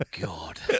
God